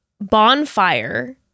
bonfire